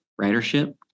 ridership